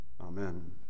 amen